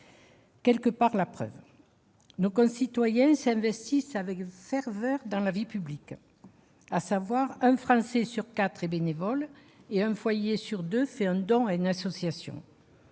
quelque part la preuve. Nos concitoyens s'investissent avec ferveur dans la vie publique. Ainsi, un Français sur quatre est bénévole et un foyer sur deux fait des dons à une association.